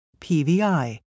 PVI